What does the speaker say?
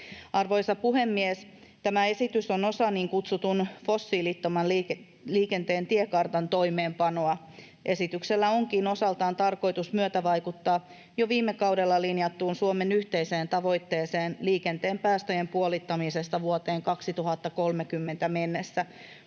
Arvoisa puhemies! Tämä esitys on osa niin kutsutun fossiilittoman liikenteen tiekartan toimeenpanoa. Esityksellä onkin osaltaan tarkoitus myötävaikuttaa jo viime kaudella linjattuun Suomen yhteiseen tavoitteeseen liikenteen päästöjen puolittamisesta vuoteen 2030 mennessä